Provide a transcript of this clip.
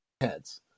heads